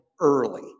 early